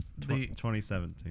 2017